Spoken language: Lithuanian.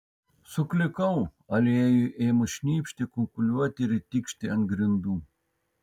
suklikau aliejui ėmus šnypšti kunkuliuoti ir tikšti ant grindų